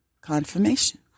Confirmation